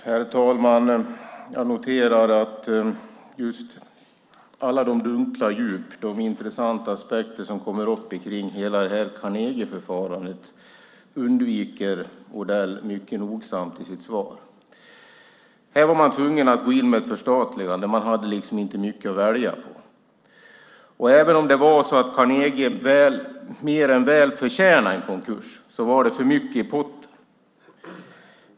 Herr talman! Jag noterar att Odell i sitt svar mycket nogsamt undviker alla de dunkla djup och de intressanta aspekter som kommer upp kring hela Carnegieförfarandet. Här var man tvungen att gå in med ett förstatligande. Man hade inte mycket att välja på. Även om Carnegie mer än väl förtjänade en konkurs var det för mycket i potten.